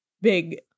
big